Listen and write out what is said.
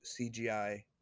CGI